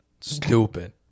Stupid